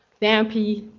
therapy